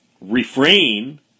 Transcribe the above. refrain